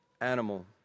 animal